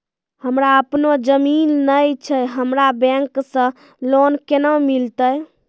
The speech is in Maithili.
हमरा आपनौ जमीन नैय छै हमरा बैंक से लोन केना मिलतै?